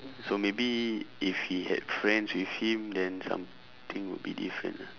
so maybe if he had friends with him then something would be different ah